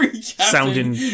Sounding